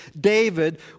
David